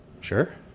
Sure